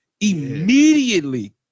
Immediately